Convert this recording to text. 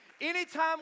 anytime